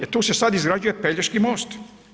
E tu se sad izrađuje Pelješki most